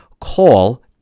call